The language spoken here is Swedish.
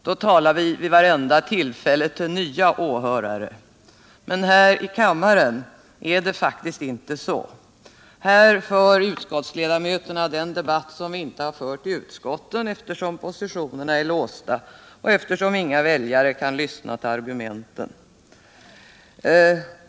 Då talar vi vid varje tillfälle till nya åhörare. Men här i kammaren är det faktiskt inte så. Här för utskottsledamöter den debatt som vi inte har fört i utskotten, eftersom positionerna är låsta och eftersom ingen väljare kan lyssna till argumenten.